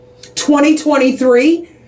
2023